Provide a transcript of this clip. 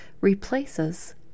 replaces